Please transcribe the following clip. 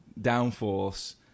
downforce